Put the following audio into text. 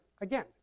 Again